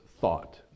thought